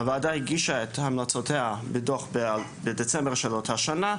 הוועדה הגישה את המלצותיה בדוח בדצמבר באותה שנה,